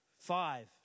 Five